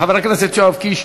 חבר הכנסת יואב קיש,